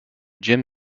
jim